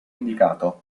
indicato